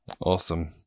Awesome